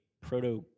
proto